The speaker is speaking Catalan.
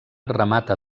remata